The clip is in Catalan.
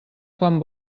quan